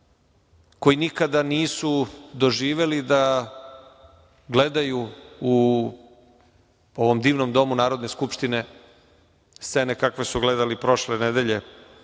koji nikada nisu doživeli da gledaju u ovom divnom Domu Narodne skupštine scene kakve su gledali prošle nedelje,